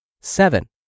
Seven